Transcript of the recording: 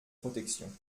protection